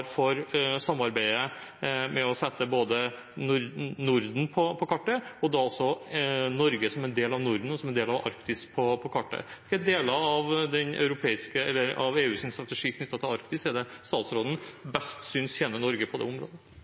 for samarbeidet med å sette Norden på kartet, og da også Norge som en del av Norden og som en del av Arktis. Hvilke deler av EUs strategi knyttet til Arktis er det statsråden best synes tjener Norge på dette området?